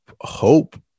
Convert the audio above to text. hope